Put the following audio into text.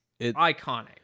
iconic